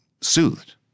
soothed